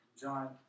John